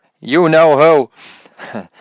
you-know-who